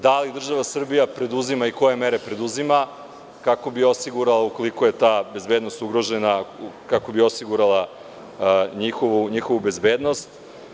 Da li država Srbija preduzima i koje mere preduzima kako bi osigurala ukoliko je ta bezbednost ugrožena, kako bi osigurala njihovu bezbednost?